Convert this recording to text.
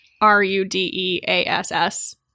R-U-D-E-A-S-S